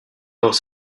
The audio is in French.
dans